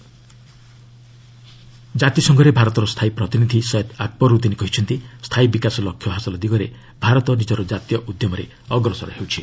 India UN SDG ଜାତିସଂଘରେ ଭାରତର ସ୍ଥାୟୀ ପ୍ରତିନିଧି ସୟଦ୍ ଆକବରୁଦ୍ଦିନ୍ କହିଛନ୍ତି ସ୍ଥାୟୀ ବିକାଶ ଲକ୍ଷ୍ୟ ହାସଲ ଦିଗରେ ଭାରତ ନିଜର ଜାତୀୟ ଉଦ୍ୟମରେ ଅଗ୍ରସର ହେଉଛି